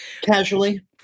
Casually